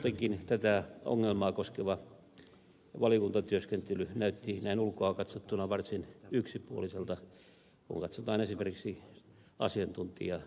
muutenkin tätä ongelmaa koskeva valiokuntatyöskentely näytti näin ulkoa katsottuna varsin yksipuoliselta kun katsotaan esimerkiksi asiantuntijakuulemista